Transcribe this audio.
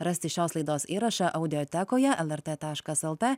rasti šios laidos įrašą audiotekoje lrt taškas el t